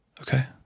Okay